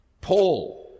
Paul